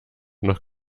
noch